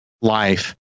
life